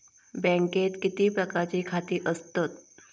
बँकेत किती प्रकारची खाती असतत?